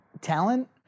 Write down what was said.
talent